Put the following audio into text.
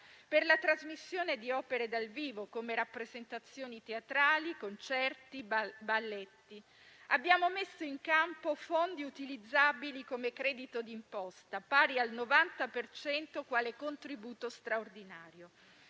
per la trasmissione di opere dal vivo, come rappresentazioni teatrali, concerti e balletti. Abbiamo messo in campo fondi utilizzabili come credito di imposta pari al 90 per cento quale contributo straordinario: